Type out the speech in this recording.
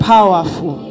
Powerful